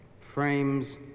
frames